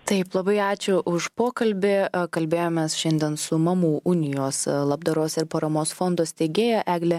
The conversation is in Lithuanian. taip labai ačiū už pokalbį kalbėjomės šiandien su mamų unijos labdaros ir paramos fondo steigėja egle